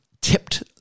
tipped